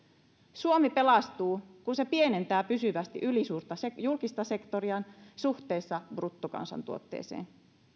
suomi pelastuu kun se pienentää pysyvästi ylisuurta julkista sektoriaan suhteessa bruttokansantuotteeseen